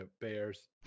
bears